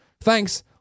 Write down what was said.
Thanks